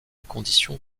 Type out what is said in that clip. condition